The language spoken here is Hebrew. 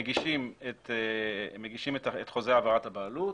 מגישים את חוזה העברת חוזה העברת הבעלות,